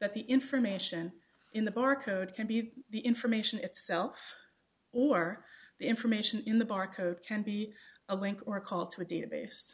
that the information in the barcode can be the information itself or the information in the barcode can be a link or call to a database